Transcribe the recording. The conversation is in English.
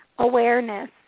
awareness